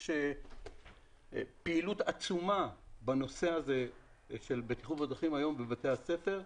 גם פעילות עצומה בנושא הזה של בטיחות בדרכים היום בבתי הספר,